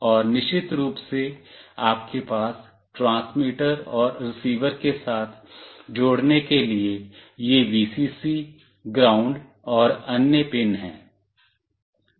और निश्चित रूप से आपके पास ट्रांसमीटर और रिसीवर के साथ जोड़ने के लिए यह Vcc ग्राउंड और अन्य पिन हैं